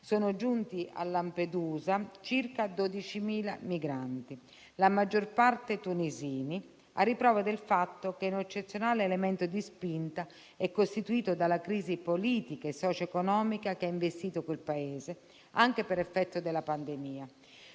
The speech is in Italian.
sono giunti a Lampedusa circa 12.000 migranti, la maggior parte dei quali tunisini, a riprova del fatto che un eccezionale elemento di spinta è costituito dalla crisi politica e socio-economica che ha investito quel Paese, anche per effetto della pandemia.